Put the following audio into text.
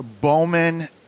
Bowman